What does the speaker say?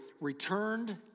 returned